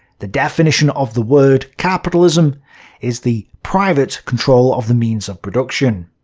the definition of the word capitalism is the private control of the means of production.